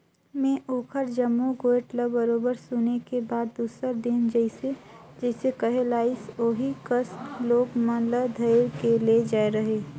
में ओखर जम्मो गोयठ ल बरोबर सुने के बाद दूसर दिन जइसे जइसे कहे लाइस ओही कस लोग मन ल धइर के ले जायें रहें